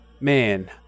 Man